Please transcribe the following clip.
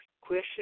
question